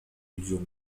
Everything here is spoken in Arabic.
الجملة